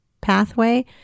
pathway